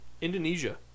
Indonesia